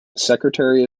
secretary